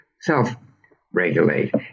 self-regulate